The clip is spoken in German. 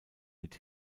mit